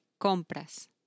compras